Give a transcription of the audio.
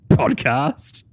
podcast